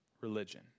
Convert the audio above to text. religion